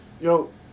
Yo